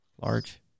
Large